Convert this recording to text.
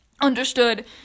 understood